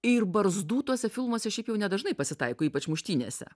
ir barzdų tuose filmuose šiaip jau nedažnai pasitaiko ypač muštynėse